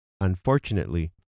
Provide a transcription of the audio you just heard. unfortunately